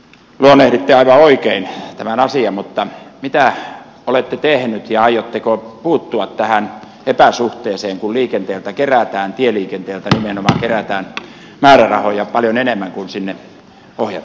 luonnehditte aivan oikein tämän asian mutta mitä olette tehnyt ja aiotteko puuttua tähän epäsuhteeseen kun liikenteeltä kerätään tieliikenteeltä nimenomaan kerätään määrärahoja paljon enemmän kuin sinne ohjataan